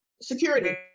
security